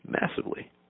massively